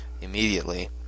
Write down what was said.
immediately